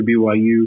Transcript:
BYU